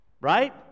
right